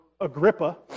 Agrippa